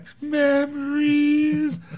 Memories